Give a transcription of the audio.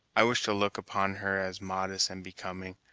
i wish to look upon her as modest and becoming,